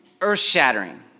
earth-shattering